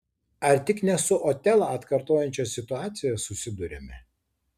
ar tik ne su otelą atkartojančia situacija susiduriame